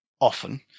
often